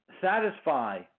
satisfy